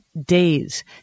days